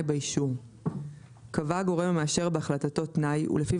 באישור 26ו2. קבע הגורם המאשר בהחלטתו תנאי ולפיו